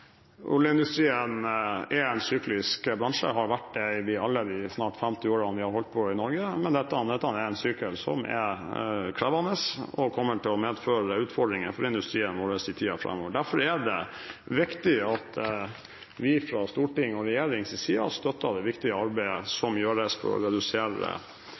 Oljeindustrien er en syklisk bransje og har vært det i alle de snart 50 årene vi har holdt på i Norge, men dette er en syklus som er krevende, og som kommer til å medføre utfordringer for industrien vår i tiden framover. Derfor er det viktig at vi fra Stortingets og regjeringens side støtter det viktige arbeidet som gjøres for å redusere